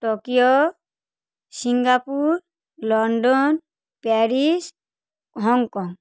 Tokyo Singapore London Paris Hong Kong